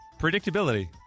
predictability